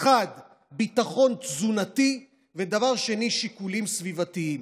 האחד, ביטחון תזונתי, ודבר שני, שיקולים סביבתיים.